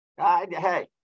Hey